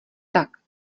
tak